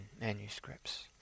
manuscripts